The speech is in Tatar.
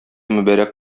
мөбарәк